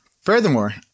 Furthermore